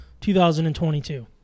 2022